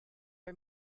are